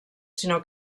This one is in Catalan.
sinó